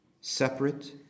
separate